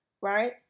right